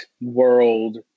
world